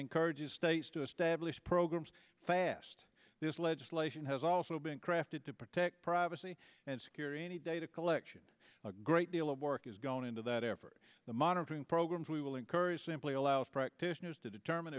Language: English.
encourages states to establish programs fast this legislation has also been crafted to protect privacy and security any data collection a great deal of work is going into that effort the monitoring programs we will encourage simply allows practitioners to determine